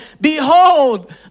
Behold